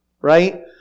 right